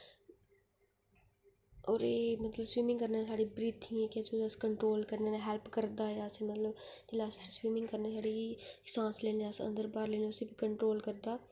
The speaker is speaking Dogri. होर एह् मतलब स्विमिंग करने कन्नै साढ़ी ब्रिथिंग तुस कन्ट्रोल करने च हेल्प करदा ऐ असें मतलब जिसलै अस स्विमिंग करने छड़ी सांस लैने अस अंदर बाहर लैने उसी कन्ट्रोल करदा